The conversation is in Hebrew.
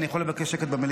אני יכול לבקש שקט במליאה?